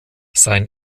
sein